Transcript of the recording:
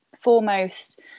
foremost